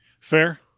Fair